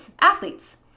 athletes